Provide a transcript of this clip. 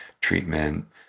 treatment